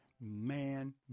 Man